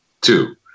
Two